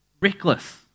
reckless